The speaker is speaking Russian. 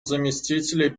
заместителей